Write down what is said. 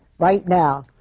right now,